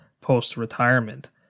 post-retirement